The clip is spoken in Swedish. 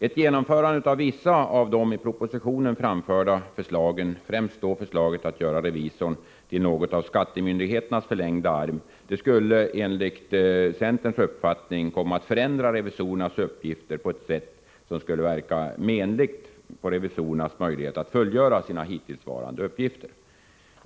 Ett genomförande av vissa av de i propositionen framförda förslagen, främst förslaget att göra revisorn till något av skattemyndigheternas förlängda arm, skulle enligt centerns uppfattning komma att förändra revisorernas uppgifter på ett sätt som skulle verka menligt på revisorernas möjligheter att fullgöra sina hittillsvarande uppgifter.